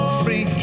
free